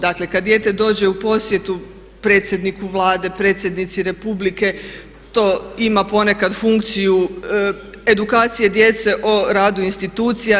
Dakle, kad dijete dođe u posjetu predsjedniku Vlade, predsjednici republike to ima ponekad funkciju edukacije djece o radu institucija.